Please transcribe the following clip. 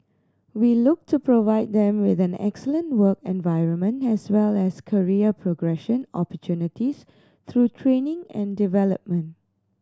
we look to provide them with an excellent work environment as well as career progression opportunities through training and development